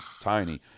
tiny